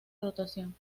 rotación